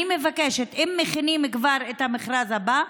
אני מבקשת, אם מכינים כבר את המכרז הבא,